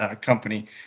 company